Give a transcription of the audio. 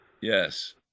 Yes